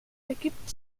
ergibt